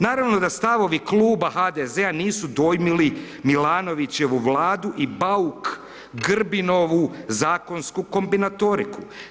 Naravno da stavovi kluba HDZ-a nisu dojmili Milanovićevu Vladu i Bauk Grbinovu zakonsku kombinatoriku.